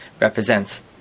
represents